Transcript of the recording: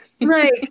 Right